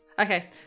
Okay